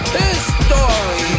history